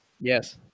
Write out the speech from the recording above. yes